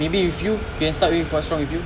maybe with you you can start with what's wrong with you